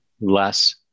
less